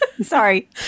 Sorry